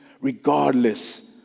regardless